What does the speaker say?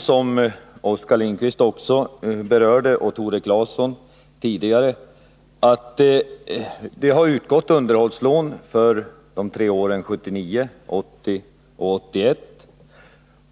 Som både Oskar Lindkvist och Tore Claeson har påpekat har underhållslån utgått för åren 1979, 1980